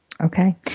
Okay